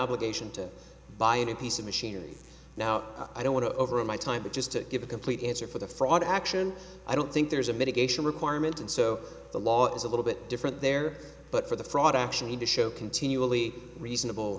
obligation to buy a new piece of machinery now i don't want to over my time but just to give a complete answer for the fraud action i don't think there's a mitigation requirement and so the law is a little bit different there but for the fraud actually to show continually reasonable